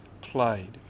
played